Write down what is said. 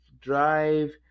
drive